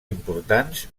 importants